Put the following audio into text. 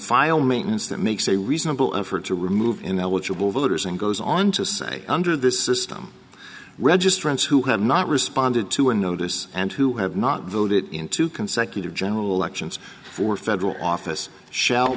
file maintenance that makes a reasonable effort to remove ineligible voters and goes on to say under this system registrants who have not responded to a notice and who have not voted in two consecutive general elections for federal office shall